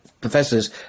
professors